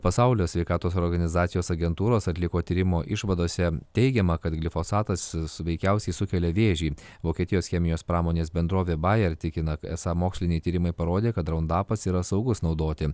pasaulio sveikatos organizacijos agentūros atliko tyrimo išvadose teigiama kad glifosatas su veikiausiai sukelia vėžį vokietijos chemijos pramonės bendrovė bajer tikina esą moksliniai tyrimai parodė kad raundapas yra saugus naudoti